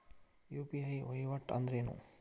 UPI ವಹಿವಾಟ್ ಅಂದ್ರೇನು?